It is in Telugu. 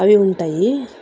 అవి ఉంటాయి